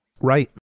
Right